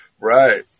Right